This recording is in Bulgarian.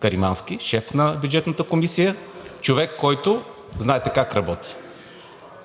Каримански? Шеф на Бюджетната комисия, човек, който знаете как работи.